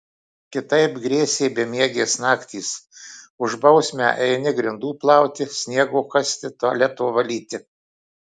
kitaip grėsė bemiegės naktys už bausmę eini grindų plauti sniego kasti tualeto valyti